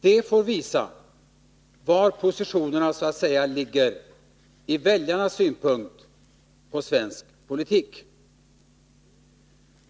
Det får visa var positionerna ligger i väljarnas synpunkter på svensk politik.